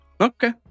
Okay